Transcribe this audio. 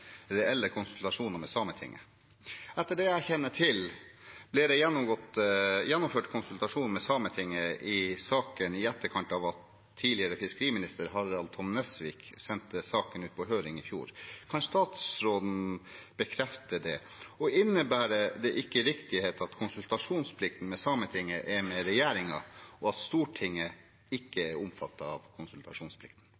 tidligere fiskeriminister Harald Tom Nesvik sendte saken ut på høring i fjor. Kan statsråden bekrefte det? Og medfører det ikke riktighet at konsultasjonsplikten med Sametinget er hos regjeringen, og at Stortinget ikke